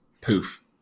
Poof